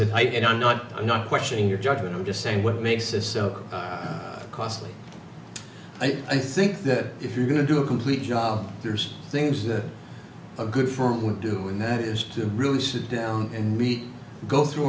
it i did i'm not i'm not questioning your judgment i'm just saying what makes it so costly i think that if you're going to do a complete job there's things that a good firm would do and that is to really sit down and be go through